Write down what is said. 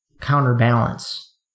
counterbalance